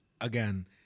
Again